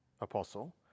apostle